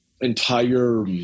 entire